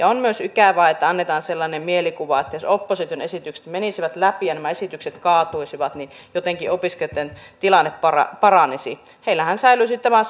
on myös ikävää että annetaan sellainen mielikuva että jos opposition esitykset menisivät läpi ja nämä esitykset kaatuisivat niin jotenkin opiskelijoitten tilanne paranisi paranisi heillähän säilyisi tämä